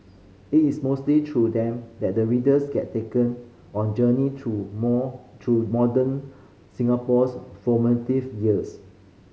it is mostly through them that the readers get taken on journey through more through modern Singapore's formative years